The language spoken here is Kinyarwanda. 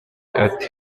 ati